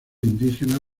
indígenas